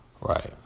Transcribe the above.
right